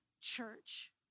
church